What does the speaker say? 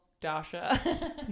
Dasha